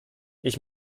ich